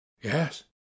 Yes